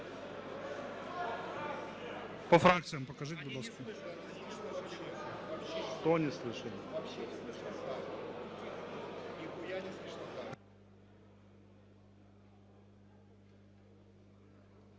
По фракціях покажіть, будь ласка.